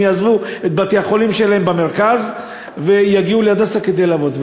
יעזבו את בתי-החולים שלהם במרכז ויגיעו ל"הדסה" כדי לעבוד.